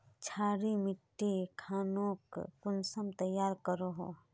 क्षारी मिट्टी खानोक कुंसम तैयार करोहो?